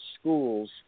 schools